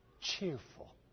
Cheerful